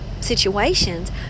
situations